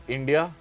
India